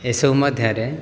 ଏସବୁ ମଧ୍ୟରେ